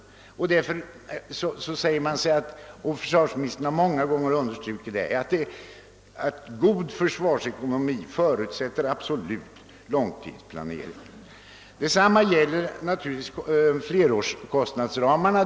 Därför förutsätter god försvarsekonomi <långtidsplanering, och detta har försvarsministern många gånger understrukit. Detsamma gäller naturligtvis flerårsramarna.